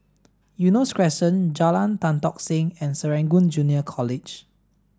Eunos Crescent Jalan Tan Tock Seng and Serangoon Junior College